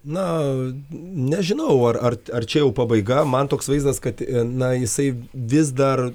na nežinau ar ar ar čia jau pabaiga man toks vaizdas kad na jisai vis dar